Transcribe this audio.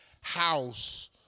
house